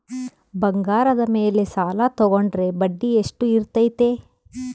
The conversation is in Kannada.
ಬಂಗಾರದ ಮೇಲೆ ಸಾಲ ತೋಗೊಂಡ್ರೆ ಬಡ್ಡಿ ಎಷ್ಟು ಇರ್ತೈತೆ?